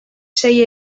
sei